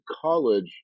college